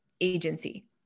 agency